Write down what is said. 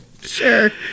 Sure